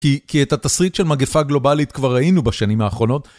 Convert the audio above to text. כי את התסריט של מגפה גלובלית כבר ראינו בשנים האחרונות.